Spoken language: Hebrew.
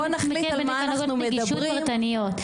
נתמקד בתקנות נגישות פרטנית.